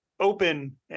open